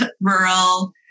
rural